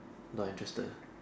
not interested